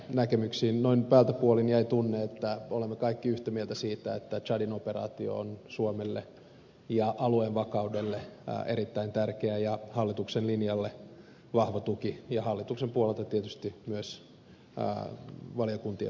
noin päältä puolin jäi tunne että olemme kaikki yhtä mieltä siitä että tsadin operaatio on suomelle ja aluevakaudelle erittäin tärkeä ja hallituksen linjalle on vahva tuki ja hallituksen puolelta tietysti myös valiokuntien vastauksiin vahva tuki